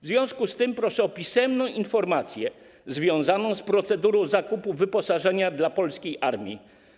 W związku z tym proszę o pisemną informację związaną z procedurą zakupu wyposażenia dla polskiej armii.